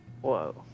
Whoa